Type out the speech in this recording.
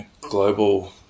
global